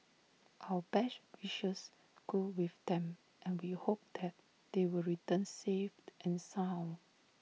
our best wishes go with them and we hope that they will return safe and sound